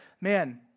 man